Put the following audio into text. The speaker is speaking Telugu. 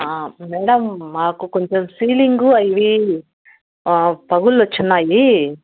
మ్యాడమ్ మాకు కొంచెం సీలింగు అవి పగుళ్ళు వచ్చున్నాయి